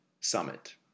Summit